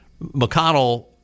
McConnell